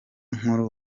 nkuru